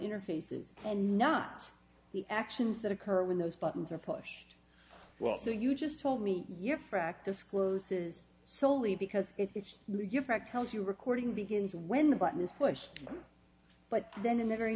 interfaces and not the actions that occur when those buttons are pushed well so you just told me your frac discloses solely because it's not your fact tells you recording begins when the button is pushed but then in the very